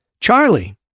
Charlie